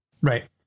Right